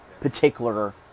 particular